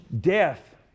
death